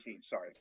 sorry